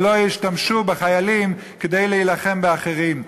ולא ישתמשו בחיילים כדי להילחם באחרים.